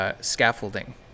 scaffolding